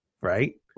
right